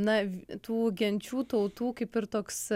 na tų genčių tautų kaip ir toks